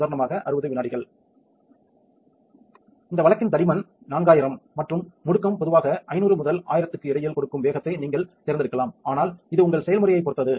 உதாரணமாக 60 வினாடிகள் இந்த வழக்கின் தடிமன் 4000 மற்றும் முடுக்கம் பொதுவாக 500 மற்றும் 1000 க்கு இடையில் கொடுக்கும் வேகத்தை நீங்கள் தேர்ந்தெடுக்கலாம் ஆனால் இது உங்கள் செயல்முறையைப் பொறுத்தது